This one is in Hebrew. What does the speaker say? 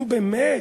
נו באמת,